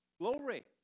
Glory